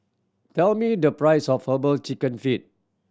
tell me the price of Herbal Chicken Feet